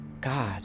God